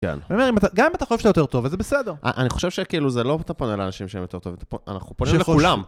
גם אם אתה חושב שאתה יותר טוב, אז זה בסדר. אני חושב שכאילו זה לא אתה פונה לאנשים שהם יותר טוב, אנחנו פונה לכולם.